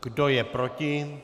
Kdo je proti?